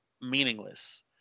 meaningless